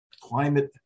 climate